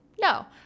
No